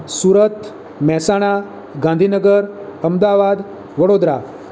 Surat Mehsana Gandhinagar Ahmedabad Vadodara